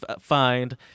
find